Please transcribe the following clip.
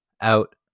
out